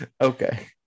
Okay